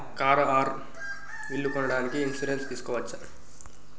Car or ఇల్లు కొనడానికి insurance తీస్కోవచ్చా?